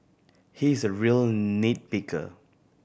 he is a real nit picker